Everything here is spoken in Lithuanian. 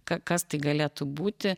ka kas tai galėtų būti